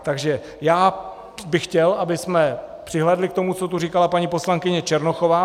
Takže já bych chtěl, abychom přihlédli k tomu, co tady říkala paní poslankyně Černochová.